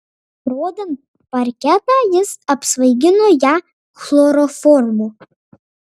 rodant parketą jis apsvaigino ją chloroformu